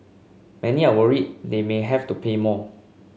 many are worried that they may have to pay more